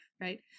right